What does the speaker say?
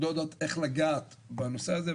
הן לא יודעות איך לגעת בנושא הזה,